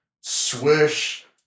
Swish